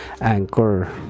Anchor